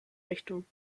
richtung